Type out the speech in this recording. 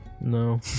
no